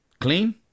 Clean